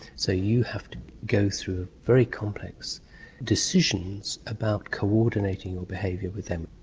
so you have to go through very complex decisions about coordinating your behaviour with them.